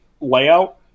layout